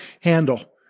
handle